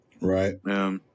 Right